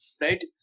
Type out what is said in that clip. right